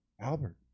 Albert